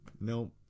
Nope